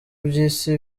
by’isi